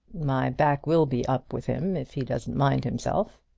my back will be up with him if he doesn't mind himself.